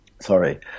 sorry